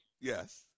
yes